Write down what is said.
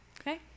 Okay